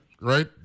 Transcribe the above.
right